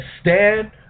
stand